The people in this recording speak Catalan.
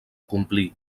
complir